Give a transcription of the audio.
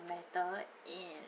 matter and